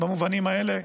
במובנים האלה.